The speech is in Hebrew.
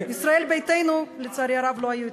ישראל ביתנו, לצערי הרב, לא היו אתנו.